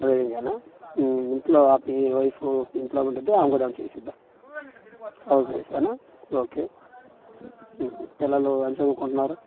driving ఏనా ఇంట్లో మీ వైపు ఇంట్లో ఉండిద్దా ఆమె కూడా ఏమైనా చేసిద్దా హౌస్ వైఫ్ ఏనా ఓకే పిల్లలు ఏం చదువుకుంటున్నారు